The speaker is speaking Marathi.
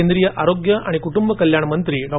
केंद्रीय आरोग्य आणि कुटुंब कल्याण मंत्री डॉ